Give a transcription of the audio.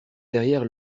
derrière